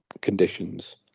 conditions